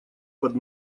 под